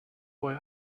why